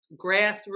grassroots